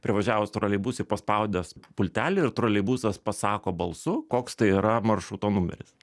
privažiavus troleibusai paspaudęs pultelį ir troleibusas pasako balsu koks tai yra maršruto numeris